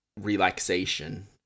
relaxation